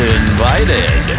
invited